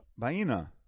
Baina